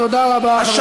תודה רבה, חבר הכנסת.